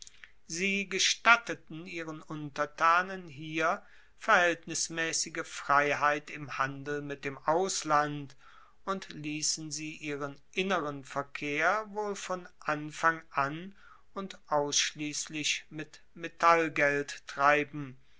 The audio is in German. sie gestatteten ihren untertanen hier verhaeltnismaessige freiheit im handel mit dem ausland und liessen sie ihren inneren verkehr wohl von anfang an und ausschliesslich mit metallgeld treiben